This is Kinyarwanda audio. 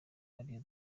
ariyo